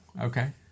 okay